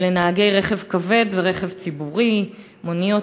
לנהגי רכב כבד ורכב ציבורי: מוניות,